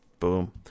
Boom